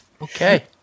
Okay